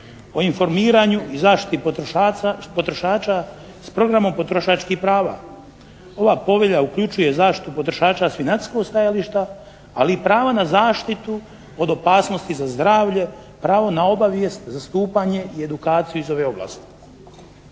o informiranju i zaštiti potrošača s programom potrošačkih prava. Ova povelja uključuje zaštitu potrošača s financijskog stajališta, ali i prava na zaštitu od opasnosti za zdravlje, pravo na obavijest, zastupanje i edukaciju iz ove oblasti.